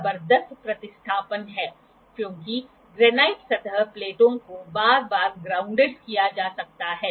तो क्या संभावनाएं हैं 33° 27° प्लस 3° प्लस 1°द्वारा उत्पन्न किया जा सकता है